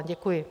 Děkuji.